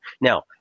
Now